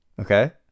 okay